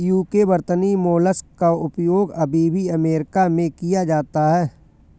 UK वर्तनी mollusc का उपयोग अभी भी अमेरिका में किया जाता है